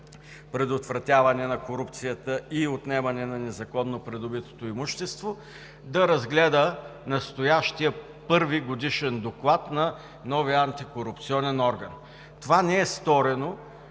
предотвратяване на корупцията и отнемане на незаконно придобитото имущество, да разгледа настоящия първи Годишен доклад на новия антикорупционен орган. Това не е сторено.